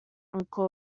uncle